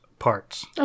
parts